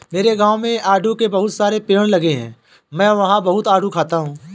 मेरे गाँव में आड़ू के बहुत सारे पेड़ लगे हैं मैं वहां बहुत आडू खाता हूँ